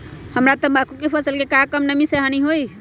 हमरा तंबाकू के फसल के का कम नमी से हानि होई?